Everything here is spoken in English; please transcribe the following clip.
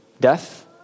death